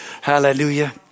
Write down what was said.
Hallelujah